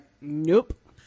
Nope